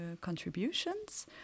contributions